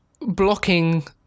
blocking